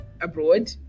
abroad